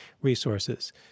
resources